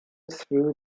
through